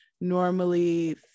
normally